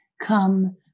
come